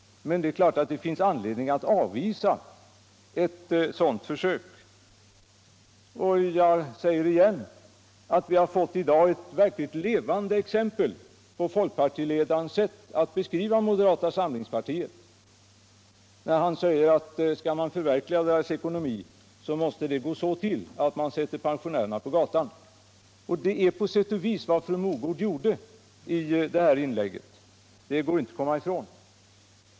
Men det är klart att det finns anledning att avvisa ett sådant försök. Jag säger återigen att vi i dag har fått en verkligt levande illustration till folkpartiledarens beskrivning av moderata samlingspartiet. Folkpartiledaren har ju sagt att skall man förverkliga moderaternas ckonomi måste det gå så till att man sätter pensionärerna på gatan. Det är på sätt och vis vad fru Mogård gjorde i det här inlägget — det går inte att komma ifrån.